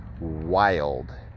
wild